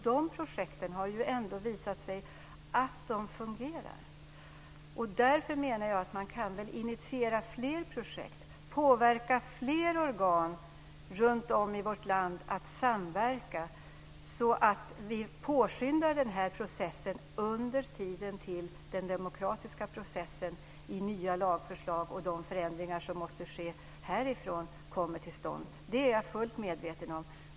De projekten har visat sig fungera, och därför menar jag att man kan initiera fler projekt och påverka fler organ runtom i vårt land att samverka så att vi påskyndar denna process. Det kan vi göra under tiden fram till dess att den demokratiska processen i nya lagförslag och de förändringar som måste ske härifrån kommer till stånd. Detta är jag fullt medveten om.